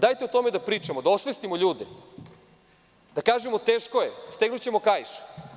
Dajte o tome da pričamo, da osvestimo ljude, da kažemo – teško je, stegnućemo kaiš.